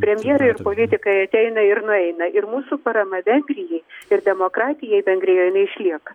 premjerė ir politikai ateina ir nueina ir mūsų parama vengrijai ir demokratija vengrijoje jinai išlieka